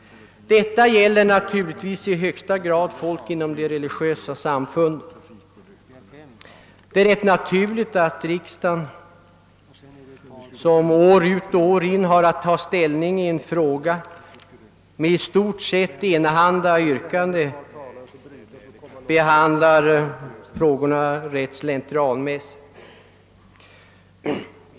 Detta gäller naturligtvis i högsta grad människorna inom de religiösa samfunden. Det är ganska naturligt om riksdagen, som år efter år haft att ta ställning i en fråga med i stort sett enahanda yrkanden, behandlar detta ärende rätt slentrianmässigt.